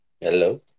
Hello